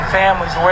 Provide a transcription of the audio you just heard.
families